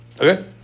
okay